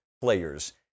players